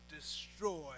destroy